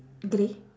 grey